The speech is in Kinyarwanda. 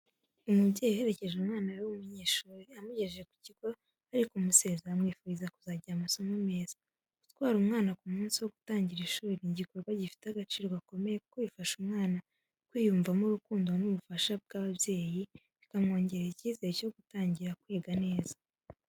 Umubyeyi uherekeje umwana we w'umunyeshuri, amugejeje ku kigo ari kumusezera amwifuriza kuzagira amasomo meza. Gutwara umwana ku munsi wo gutangira ishuri ni igikorwa gifite agaciro gakomeye kuko bifasha umwana kwiyumvamo urukundo n’ubufasha by’ababyeyi, bikamwongerera icyizere cyo gutangira kwiga neza.